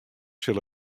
sil